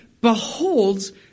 beholds